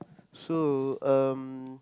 so um